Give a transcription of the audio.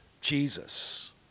Jesus